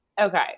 Okay